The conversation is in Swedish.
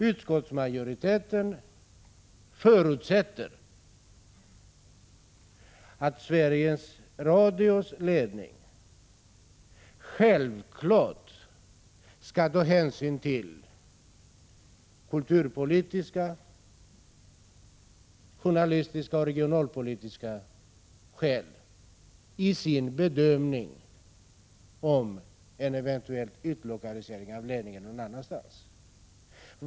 Utskottsmajoriteten förutsätter att Sveriges Radios ledning självfallet skall ta hänsyn till kulturpolitiska, journalistiska och regionalpolitiska skäl i sin bedömning av en eventuell utlokalisering av ledningen någon annanstans.